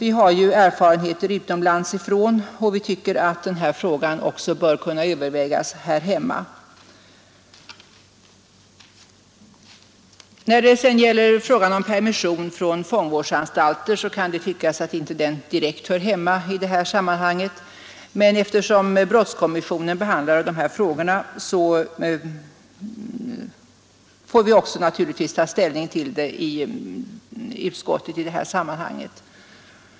Det finns ju erfarenheter från utlandet av kortvarigt frihetsberövande, och vi tycker att denna fråga också bör kunna övervägas här hemma. När det sedan gäller frågan om permission från fångvårdsanstalter kan det tyckas att den inte direkt hör hemma i detta sammanhang. Men eftersom brottskommissionen behandlat den, har utskottet också haft att ta ställning härtill.